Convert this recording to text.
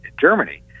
germany